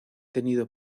tenido